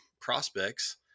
prospects